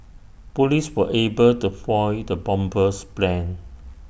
Police were able to foil the bomber's plans